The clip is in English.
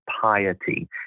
piety